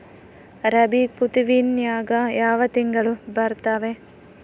ರಾಬಿ ಋತುವಿನ್ಯಾಗ ಯಾವ ತಿಂಗಳು ಬರ್ತಾವೆ?